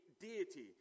deity